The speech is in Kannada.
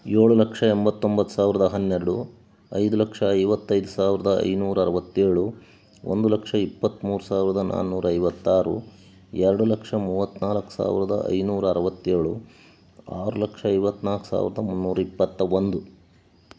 ಏಳು ಲಕ್ಷ ಎಂಬತ್ತೊಂಬತ್ತು ಸಾವಿರದ ಹನ್ನೆರಡು ಐದು ಲಕ್ಷ ಐವತ್ತೈದು ಸಾವಿರದ ಐನೂರ ಅರುವತ್ತೇಳು ಒಂದು ಲಕ್ಷ ಇಪ್ಪತ್ಮೂರು ಸಾವಿರದ ನಾನೂರ ಐವತ್ತಾರು ಎರಡು ಲಕ್ಷ ಮೂವತ್ನಾಲ್ಕು ಸಾವಿರದ ಐನೂರ ಅರುವತ್ತೇಳು ಆರು ಲಕ್ಷ ಐವತ್ನಾಲ್ಕು ಸಾವಿರದ ಮುನ್ನೂರ ಇಪ್ಪತ್ತ ಒಂದು